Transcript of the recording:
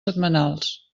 setmanals